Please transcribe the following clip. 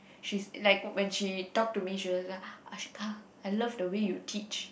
she's like when she talk to me she was like Ashika I love the way you teach